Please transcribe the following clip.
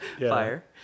Fire